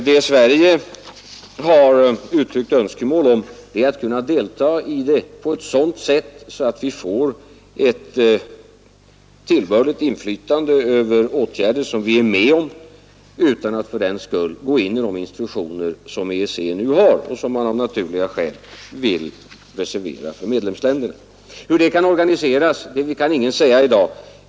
Vad Sverige har uttryckt önskemål om är att kunna delta på ett sådant sätt att vi får ett tillbörligt inflytande över åtgärder som vi är med om utan att fördenskull gå in i några av de institutioner som EEC nu har och som man av naturliga skäl vill reservera för medlemsländerna. Hur det kan organiseras kan ingen säga i dag.